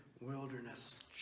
wilderness